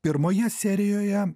pirmoje serijoje